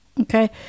Okay